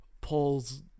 Paul's